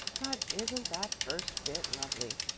but isn't that first bit lovely?